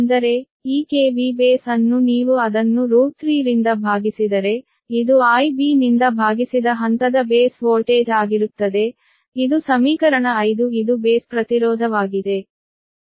ಅಂದರೆ ಈ KV base ಅನ್ನು ನೀವು ಅದನ್ನು3 ರಿಂದ ಭಾಗಿಸಿದರೆ ಇದು IB ನಿಂದ ಭಾಗಿಸಿದ ಹಂತದ ಬೇಸ್ ವೋಲ್ಟೇಜ್ ಆಗಿರುತ್ತದೆ ಇದು ಸಮೀಕರಣ 5 ಇದು ಬೇಸ್ ಪ್ರತಿರೋಧವಾಗಿದೆ